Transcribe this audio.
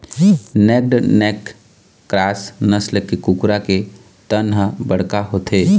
naked neck cross नसल के कुकरा के तन ह बड़का होथे